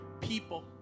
people